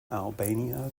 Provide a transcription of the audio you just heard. albania